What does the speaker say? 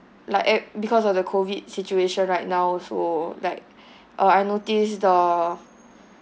like ap~ because of the COVID situation right now so like uh I notice the